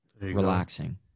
relaxing